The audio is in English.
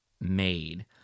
made